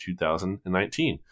2019